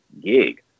gig